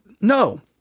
no